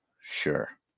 sure